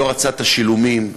לא רצה את השילומים,